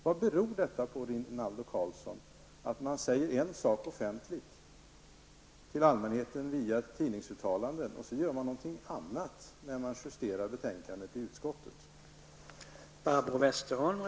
Vad beror det på, Rinaldo Karlsson, att man säger en sak offentligt till allmänheten via ett tidningsuttalande och sedan gör man någonting annat när man justerar betänkandet i utskottet?